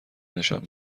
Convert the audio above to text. نشان